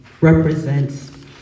represents